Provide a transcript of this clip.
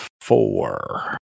Four